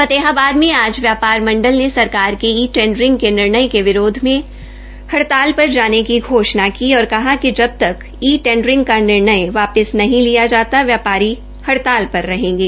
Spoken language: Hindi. फतेहाबाद में आज व्यापार मंडल ने सरकार के ई टेडरिंग के निर्णय के विरोध मे हड़ताल पर जाने की घोषणा की और कहा कि जब तक ई टेडरिंग का निर्णय वापस नहीं लिया जाता व्यापारी हड़ताल पर रहेंगे